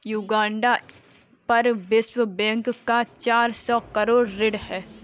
Uganda पर विश्व bank का चार सौ करोड़ ऋण है